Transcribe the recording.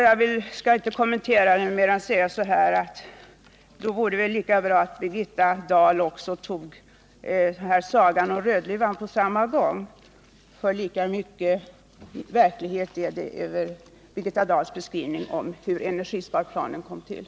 Jag skall inte kommentera det på annat sätt än genom att säga att Birgitta Dahl lika gärna kan ta sagan om Rödluvan på samma gång — lika mycket verklighet är det över Birgitta Dahls beskrivning av hur energisparplanen kom till.